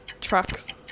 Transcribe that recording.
Trucks